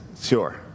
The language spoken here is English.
Sure